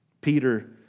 Peter